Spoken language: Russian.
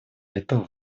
этого